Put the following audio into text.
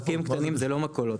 ספקים קטנים זה לא מכולות,